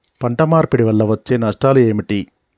పంట మార్పిడి వల్ల వచ్చే నష్టాలు ఏమిటి?